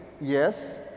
Yes